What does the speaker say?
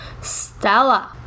Stella